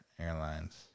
Airlines